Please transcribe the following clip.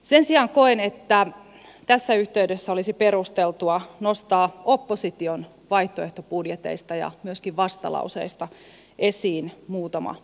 sen sijaan koen että tässä yhteydessä olisi perusteltua nostaa opposition vaihtoehtobudjeteista ja myöskin vastalauseista esiin muutama asia